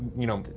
you know,